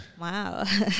Wow